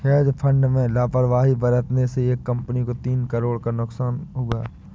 hedge fund में लापरवाही बरतने से एक कंपनी को तीन करोड़ का नुकसान हुआ